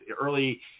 early